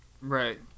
Right